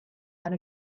and